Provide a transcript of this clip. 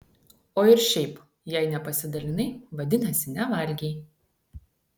o ir šiaip jei nepasidalinai vadinasi nevalgei